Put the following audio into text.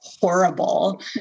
horrible